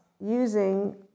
using